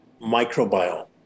microbiome